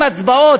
עם הצבעות,